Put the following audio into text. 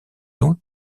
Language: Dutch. doet